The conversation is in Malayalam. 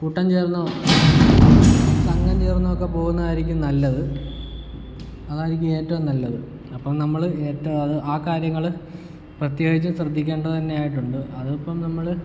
കൂട്ടം ചേർന്നോ സംഘം ചേർന്നോ ഒക്കെ പോകുന്നതായിരിക്കും നല്ലത് അതായിരിക്കും ഏറ്റവും നല്ലത് അപ്പം നമ്മൾ ഏറ്റോം ആ കാര്യങ്ങൾ പ്രത്യേകിച്ച് ശ്രദ്ധിക്കേണ്ടത് തന്നെ ആയിട്ടുണ്ട് അതിപ്പം നമ്മൾ